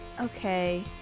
okay